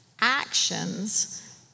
actions